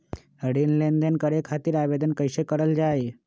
ऋण लेनदेन करे खातीर आवेदन कइसे करल जाई?